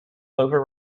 over